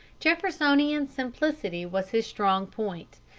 jeffersonian simplicity was his strong point,